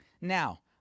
Now